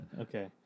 Okay